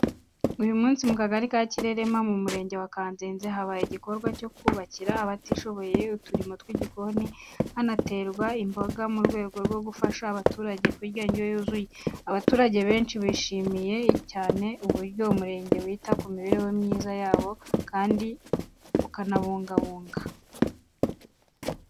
Uyu munsi mu Kagari ka Kirerema mu Murenge wa Kanzenze, habaye igikorwa cyo kubakira abatishoboye uturima tw’igikoni, hanaterwa imboga mu rwego rwo gufasha abaturage kurya indyo yuzuye. Abaturage bishimiye cyane uburyo umurenge wita ku mibereho yabo kandi ukababungabunga.